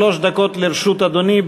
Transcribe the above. שלוש דקות לרשות אדוני.